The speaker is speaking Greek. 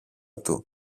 του